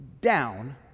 down